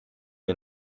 mir